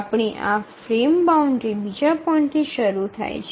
આપણી પાસે frame boundary બીજા પોઈન્ટથી શરૂ થાય છે